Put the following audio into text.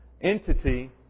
entity